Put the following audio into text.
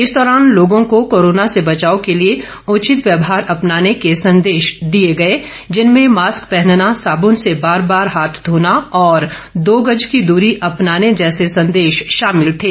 इस दौरान लोगों को कोरोना से बचाव के लिए उचित व्यवहार अपनाने के संदेश दिए गए जिनमें मास्क पहनना साबुन से बार बार हाथ धोना और दो गज की दूरी अपनाने जैसे संदेश शामिल थे